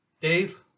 Dave